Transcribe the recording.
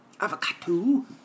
Avocado